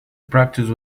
practice